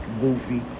goofy